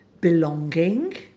belonging